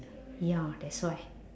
ya that's why